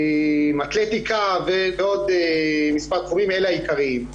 אתלטיקה, ועוד מספר תחומים אלה העיקריים.